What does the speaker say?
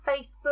facebook